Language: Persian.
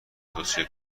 توصیه